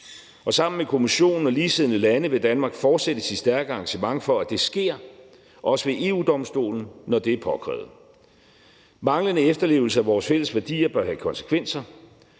Sammen med Kommissionen og ligesindede lande vil Danmark fortsætte sit stærke engagement for, at det sker, også ved EU-Domstolen, når det er påkrævet. Manglende efterlevelse af vores fælles værdier bør have konsekvenser.